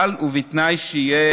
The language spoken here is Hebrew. אבל בתנאי שיהיה